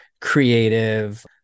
creative